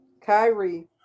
Kyrie